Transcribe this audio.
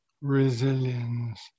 resilience